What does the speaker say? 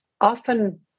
often